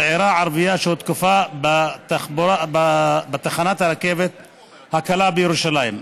צעירה ערבייה שהותקפה בתחנת הרכבת הקלה בירושלים,